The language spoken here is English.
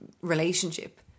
relationship